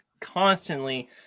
constantly